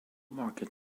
market